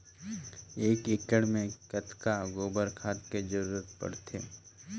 एक एकड़ मे कतका गोबर खाद के जरूरत पड़थे?